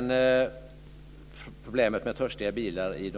När det gäller törstiga bilar i